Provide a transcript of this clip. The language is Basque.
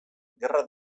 gerra